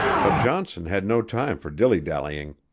but johnson had no time for dilly-dallying.